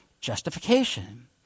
justification